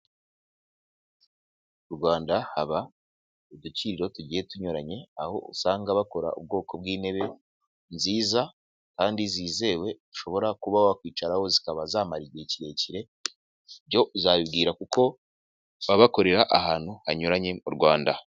Mu Rwanda haba udukiriro tugiye tunyuranye aho usanga bakora ubwoko bw'intebe nziza kandi zizewe ushobora kuba wakwicaraho zikaba zamara igihe kirekire, ibyo uzabibwira kuko baba bakorera ahantu hanyuranye mu Rwanda.